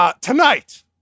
Tonight